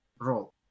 role